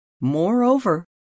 Moreover